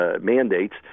mandates